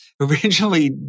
originally